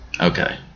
Okay